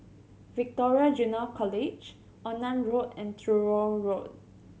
Victoria Junior College Onan Road and Truro Road